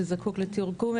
שזקוק לתרגום,